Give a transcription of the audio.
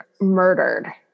murdered